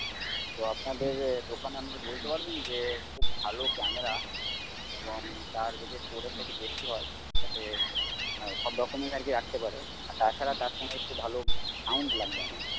তো আপনাদের দোকানে আপনারা বলতে পারবেন যে খুব ভালো ক্যামেরা এবং তার যদি একটু বেশি হয় যাতে সব রকমের আর কি রাখতে পারে আর তাছাড়া তার সঙ্গে একটু ভালো সাউন্ড লাগবে আমার